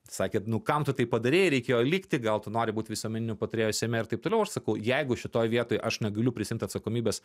sakė nu kam tu tai padarei reikėjo likti gal tu nori būt visuomeniniu patarėju seime ir taip toliau o aš sakau jeigu šitoj vietoj aš negaliu prisiimt atsakomybės